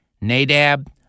Nadab